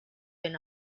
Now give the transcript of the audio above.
been